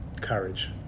courage